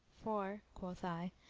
for, quoth i,